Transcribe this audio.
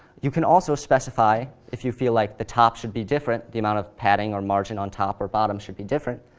you can also specify if you feel like the top should be different, the amount of padding or margin on top or bottom should be different.